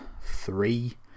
three